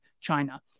China